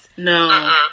No